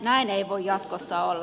näin ei voi jatkossa olla